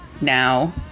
now